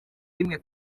rimwe